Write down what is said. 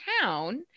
town